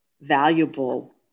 valuable